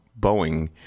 Boeing